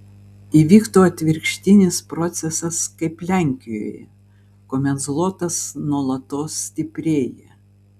įvyktų atvirkštinis procesas kaip lenkijoje kuomet zlotas nuolatos stiprėja